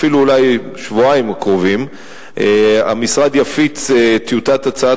אפילו אולי בשבועיים הקרובים המשרד יפיץ טיוטת הצעת